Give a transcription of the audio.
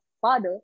father